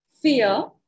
Fear